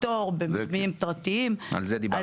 פטור במבנים פרטיים --- על זה דיברתי.